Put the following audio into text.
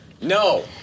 No